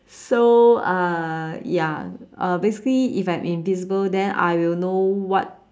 so uh ya uh basically if I'm invisible then I will know what